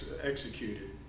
executed